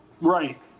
Right